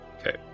Okay